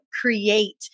create